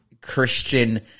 Christian